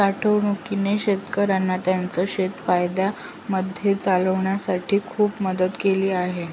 साठवणूकीने शेतकऱ्यांना त्यांचं शेत फायद्यामध्ये चालवण्यासाठी खूप मदत केली आहे